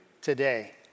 today